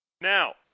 Now